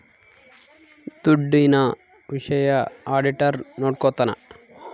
ದುಡ್ಡಿನ ವಿಷಯ ಆಡಿಟರ್ ನೋಡ್ಕೊತನ